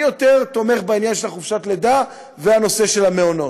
אני יותר תומך בעניין של חופשת הלידה והנושא של המעונות.